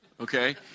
Okay